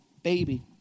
Baby